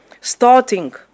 starting